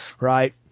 right